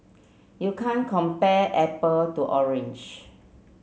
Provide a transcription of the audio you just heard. you can't compare apple to orange